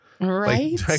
Right